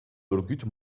örgüt